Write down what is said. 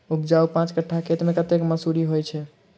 उपजाउ पांच कट्ठा खेत मे कतेक मसूरी होइ छै?